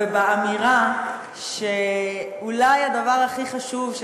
ובאמירה שאולי הדבר הכי חשוב,